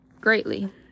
greatly